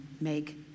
make